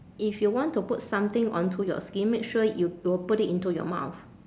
if you want to put something onto your skin make sure you will put it into your mouth